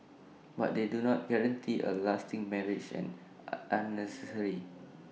but they do not guarantee A lasting marriage and unnecessary